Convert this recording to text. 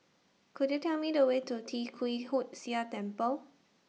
Could YOU Tell Me The Way to Tee Kwee Hood Sia Temple